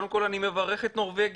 קודם כל אני מברך את נורבגיה,